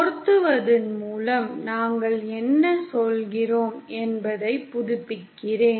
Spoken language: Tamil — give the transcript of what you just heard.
பொருத்துவதன் மூலம் நாங்கள் என்ன சொல்கிறோம் என்பதைப் புதுப்பிக்கிறேன்